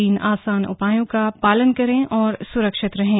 तीन आसान उपायों का पालन करें और सुरक्षित रहें